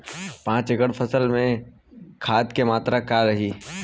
पाँच एकड़ फसल में खाद के मात्रा का रही?